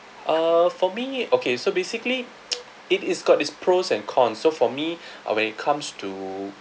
uh for me okay so basically it is got its pros and cons so for me uh when it comes to